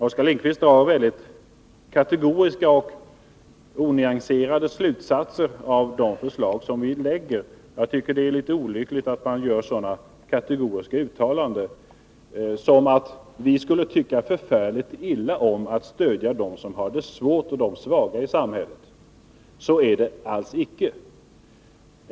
Oskar Lindkvist drar väldigt kategoriska och onyanserade slutsatser av de förslag som vi lägger. Jag tycker att det är litet olyckligt att man gör så kategoriska uttalanden som att vi skulle tycka förfärligt illa om att stödja dem som har det svårt och de svaga i samhället. Så är det alls icke.